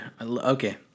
Okay